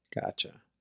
Gotcha